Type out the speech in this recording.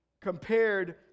compared